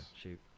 Shoot